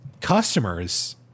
customers